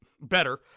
better